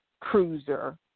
cruiser